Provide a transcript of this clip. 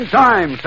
time